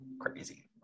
crazy